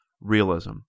realism